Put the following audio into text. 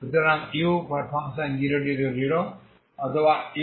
সুতরাং u0t0 অথবা ux0t0